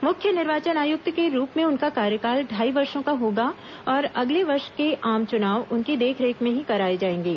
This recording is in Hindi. मुख्य निर्वाचन आयुक्त के रूप में उनका कार्यकाल ढाई वर्षों का होगा और अगले वर्ष के आम चुनाव उनकी देखरेख में ही कराए जाएंगे